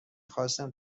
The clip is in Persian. خواستم